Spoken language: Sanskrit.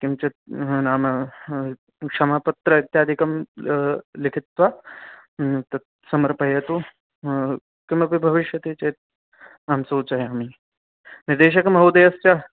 किञ्चित् नाम क्षमापत्रम् इत्यादिकं लिखित्वा तत् समर्पयतु किमपि भविष्यति चेत् अहं सूचयामि निदेशकमहोदयस्य